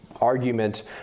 argument